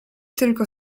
tylko